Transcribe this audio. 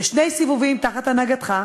בשני סיבובים תחת הנהגתך,